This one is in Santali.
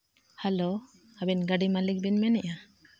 ᱦᱮᱞᱳ ᱟᱹᱵᱤᱱ ᱜᱟᱹᱰᱤ ᱢᱟᱹᱞᱤᱠ ᱵᱤᱱ ᱢᱮᱱᱮᱜᱼᱟ